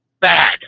bad